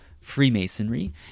freemasonry